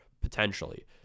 potentially